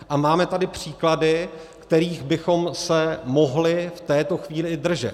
A máme tady příklady, kterých bychom se mohli v této chvíli i držet.